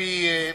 לוי אבקסיס,